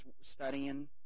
studying